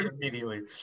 immediately